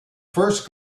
first